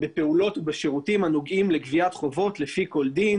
בפעולות ובשירותים הנוגעים לגביית חובות לפי כל דין.